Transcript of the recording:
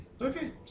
Okay